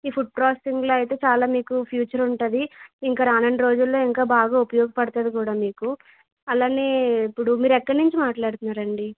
ఈ food process ఇందులో అయితే చాలా మీకు ఫ్యూచర్ ఉంటుంది ఇంకా రానున్న రోజుల్లో ఇంకా బాగా ఉపయోగపడుతుంది కూడా మీకు అలానే ఇప్పుడు మీరు ఎక్కడి నుంచి మాట్లాడుతున్నారండి